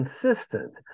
consistent